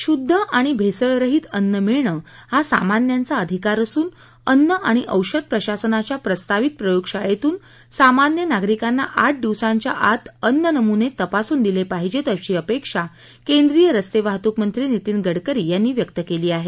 शुध्द आणि भेसळरहीत अन्न मिळणं हा सामान्यांचा अधिकार असून अन्न आणि औषध प्रशासनाच्या प्रस्तावित प्रयोगशाळेतून सामान्य नागरिकांना आठ दिवसांच्या आत अन्न नमुने तपासून दिले पाहिजेत अशी अपेक्षा केंद्रीय रस्ते वाहतूक मंत्री नितीन गडकरी यांनी व्यक्त केली आहे